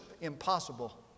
impossible